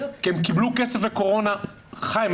כי הם קיבלו כסף לקורונה --- חיים,